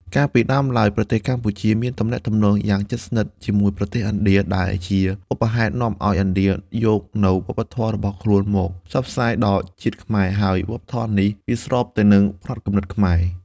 កាលពីដើមឡើយប្រទេសកម្ពុជាមានទំនាក់ទំនងយ៉ាងជិតស្និទ្ធជាមួយប្រទេសឥណ្ឌា ដែលជាបុព្វហេតុនាំអោយឥណ្ឌាយកនូវវប្បធម៌របស់ខ្លួនមកផ្សព្វផ្សាយដល់ជាតិខ្មែរ ហើយវប្បធម៌នេះវាស្របទៅនឹងផ្នត់គំនិតខ្មែរ ។